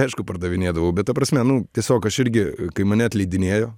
aišku pardavinėdavau bet ta prasme nu tiesiog aš irgi kai mane atleidinėjo